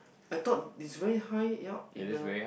I thought it's very high up in the